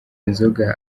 inzoga